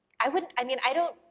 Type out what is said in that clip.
i wouldn't, i mean i don't.